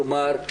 כלומר,